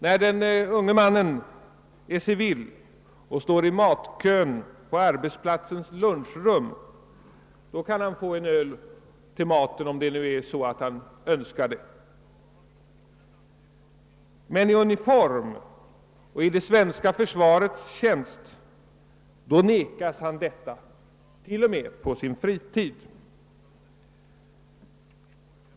När den unge mannen är civil och står i matkön i arbetsplatsens lunchrum, kan han få en öl till maten, men är han klädd i uniform och är i det svenska försvarets tjänst, vägras honom detta, t.o.m. på hans fritid.